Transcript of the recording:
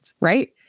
right